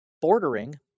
bordering